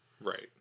right